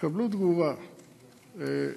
קבלו תגובה עניינית,